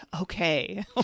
Okay